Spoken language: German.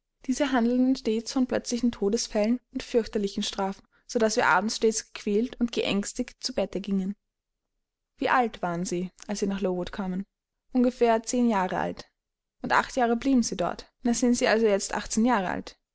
diese handelten stets von plötzlichen todesfällen und fürchterlichen strafen so daß wir abends stets gequält und geängstigt zu bette gingen wie alt waren sie als sie nach lowood kamen ungefähr zehn jahre alt und acht jahre blieben sie dort da sind sie also jetzt achtzehn jahre alt